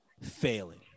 failing